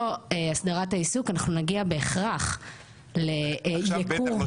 נגיע בהכרח לייקור --- עכשיו בטח לא